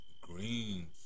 green